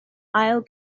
ail